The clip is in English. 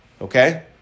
Okay